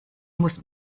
muss